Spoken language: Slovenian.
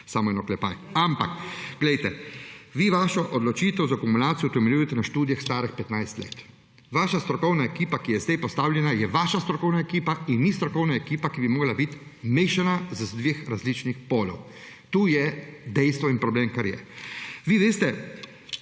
Samo en oklepaj. Ampak, glejte, vi vašo odločitev za akumulacijo utemeljujete na študijah, starih 15 let. Vaša strokovna ekipa, ki je zdaj postavljena, je vaša strokovna ekipa in ni strokovna ekipa, ki bi morala biti mešana z dveh različnih polov. To je dejstvo in problem, ki je. Vi veste,